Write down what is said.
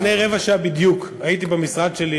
לפני רבע שעה בדיוק הייתי במשרד שלי,